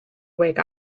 wake